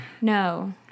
No